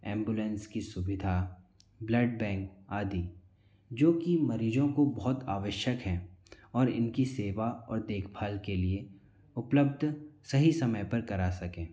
ambulance की सुविधा blood bank आदि जो कि मरीजों को बहुत आवश्यक हैं और इनकी सेवा और देखभाल के लिए उपलब्ध सही समय पर करा सकें